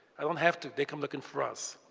i don't have to. they come looking for us.